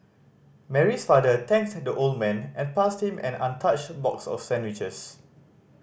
Mary's father thanked the old man and passed him an untouched box of sandwiches